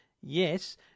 Yes